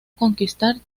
conquistar